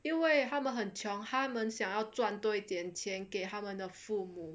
因为他们很穷他们想要赚多一点钱给他们的父母